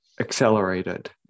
accelerated